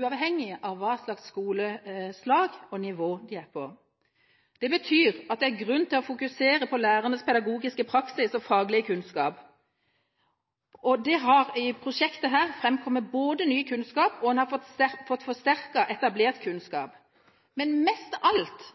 uavhengig av hvilket skoleslag og nivå de er på. Det betyr at det er grunn til å fokusere på lærernes pedagogiske praksis og faglige kunnskap. Det har i dette prosjektet framkommet ny kunnskap, og man har fått forsterket etablert kunnskap, men mest av alt